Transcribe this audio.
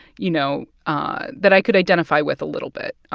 you know, ah that i could identify with a little bit.